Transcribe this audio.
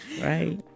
Right